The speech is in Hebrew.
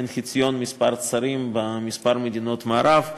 מעין חציון מספר השרים בכמה ממדינות המערב.